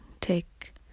take